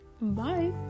bye